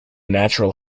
natural